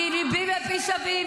כי ליבי ופי שווים,